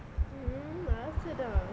mm ஆசதா:aasathaa